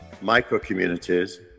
micro-communities